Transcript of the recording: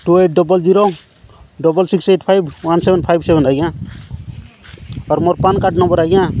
two eight double zero double six eight five one seven five seven ଆଜ୍ଞା or ମୋର PAN card number ଆଜ୍ଞା